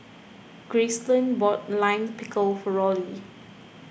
Gracelyn bought Lime Pickle for Rollie